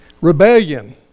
Rebellion